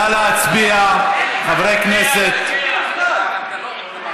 נא להצביע, חברי הכנסת.